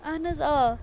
اہن حظ آ